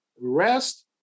Rest